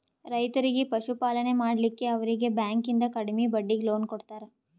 ರೈತರಿಗಿ ಪಶುಪಾಲನೆ ಮಾಡ್ಲಿಕ್ಕಿ ಅವರೀಗಿ ಬ್ಯಾಂಕಿಂದ ಕಡಿಮೆ ಬಡ್ಡೀಗಿ ಲೋನ್ ಕೊಡ್ತಾರ